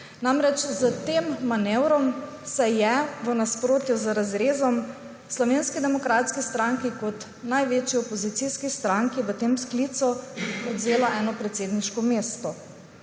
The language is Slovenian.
pravila. S tem manevrom se je v nasprotju z razrezom Slovenski demokratski stranki kot največji opozicijski stranki v tem sklicu odvzelo eno predsedniško mesto.